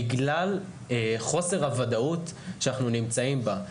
בגלל חוסר הוודאות שאנחנו נמצאים בה,